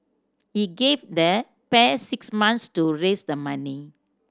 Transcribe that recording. he gave the pair six months to raise the money